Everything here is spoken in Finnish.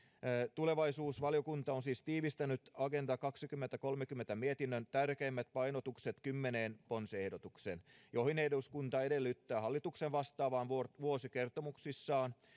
tulevaisuusvaliokunta on siis tiivistänyt agenda kaksituhattakolmekymmentä mietinnön tärkeimmät painotukset kymmeneen ponsiehdotukseen joihin eduskunta edellyttää hallituksen vastaavan vuosikertomuksissaan